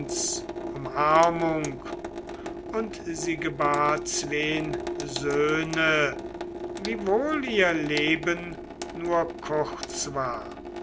umarmung und sie gebar zween söhne wiewohl ihr leben nur kurz war